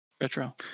Retro